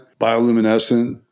bioluminescent